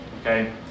Okay